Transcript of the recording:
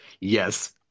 Yes